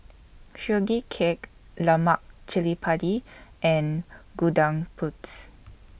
Sugee Cake Lemak Cili Padi and Gudeg Putih